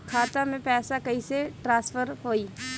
खाता से पैसा कईसे ट्रासर्फर होई?